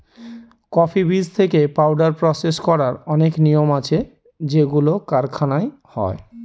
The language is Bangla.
কফি বীজ থেকে পাউডার প্রসেস করার অনেক নিয়ম আছে যেগুলো কারখানায় হয়